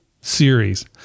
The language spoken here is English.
series